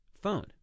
phone